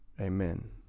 Amen